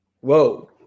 whoa